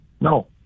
No